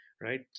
right